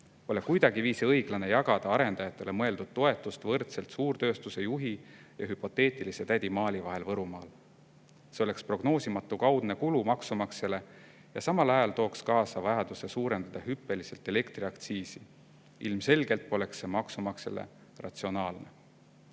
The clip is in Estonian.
Pole kuidagiviisi õiglane jagada arendajatele mõeldud toetust võrdselt suurtööstuse juhi ja hüpoteetilise tädi Maali vahel Võrumaal. See oleks prognoosimatu kaudne kulu maksumaksjale ja samal ajal tooks kaasa vajaduse suurendada hüppeliselt elektriaktsiisi. Ilmselgelt poleks see maksumaksjale ratsionaalne.Me